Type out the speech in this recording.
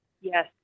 Yes